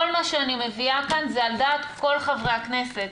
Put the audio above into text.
כל מה שאני מביאה כאן זה על דעת כל חברי הכנסת,